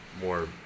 more